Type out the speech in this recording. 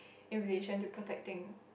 in relation to protecting